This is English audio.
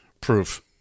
proof